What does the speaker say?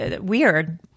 weird